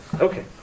Okay